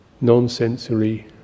non-sensory